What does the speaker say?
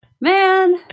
Man